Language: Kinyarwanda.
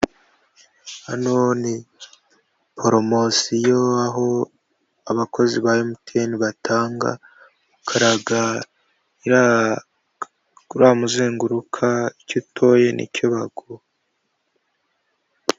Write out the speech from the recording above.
Hano ni poromosiyo, aho abakozi ba emutiyeni batanga, ukaraga uriya muzenguruka, icyo utoye nicyo baguha.